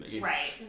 Right